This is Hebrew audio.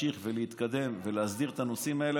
להמשיך ולהתקדם ולהסדיר את הנושאים האלה,